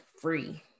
free